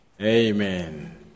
Amen